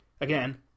Again